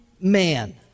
man